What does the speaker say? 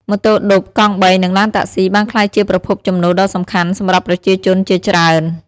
ម៉ូតូឌុប កង់បីនិងឡានតាក់ស៊ីបានក្លាយជាប្រភពចំណូលដ៏សំខាន់សម្រាប់ប្រជាជនជាច្រើន។